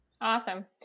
Awesome